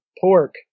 pork